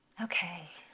okay.